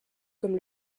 comme